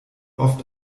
oft